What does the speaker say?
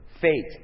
fate